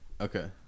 Okay